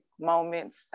moments